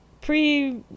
pre